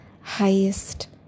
highest